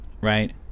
right